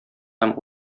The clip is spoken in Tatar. һәм